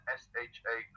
sha